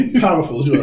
Powerful